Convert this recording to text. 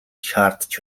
шаардаж